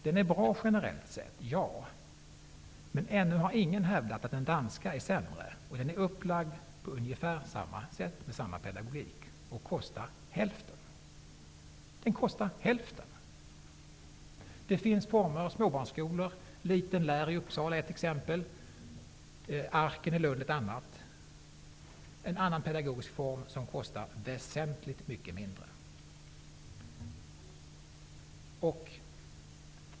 Den är generellt sett bra, men ännu har ingen hävdat att den danska är sämre. Den är upplagd på ungefär samma sätt med samma pedagogik och kostar hälften. Det finns småbarnskolor -- Liten lär i Uppsala är ett exempel, Arken i Lund ett annat -- med en annan pedagogisk form som kostar väsentligt mycket mindre.